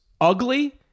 ugly